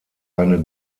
eine